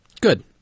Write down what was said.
Good